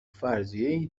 فرضیهای